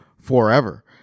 forever